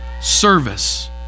service